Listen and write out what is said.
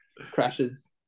crashes